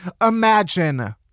Imagine